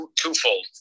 twofold